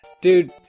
Dude